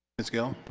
ms. gill?